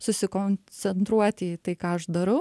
susikoncentruoti į tai ką aš darau